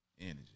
energy